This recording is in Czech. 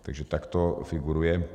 Takže takto figuruje.